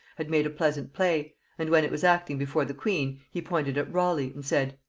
had made a pleasant play and when it was acting before the queen, he pointed at raleigh, and said,